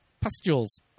Pustules